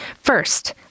first